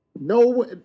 No